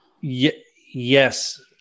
yes